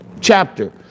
chapter